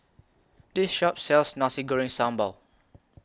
This Shop sells Nasi Sambal Goreng